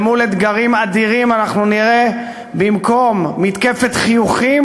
אל מול אתגרים אדירים אנחנו נראה במקום מתקפת חיוכים,